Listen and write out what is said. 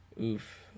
Oof